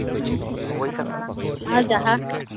ᱦᱮᱸ ᱥᱮ ᱟᱨ ᱡᱟᱦᱟᱸ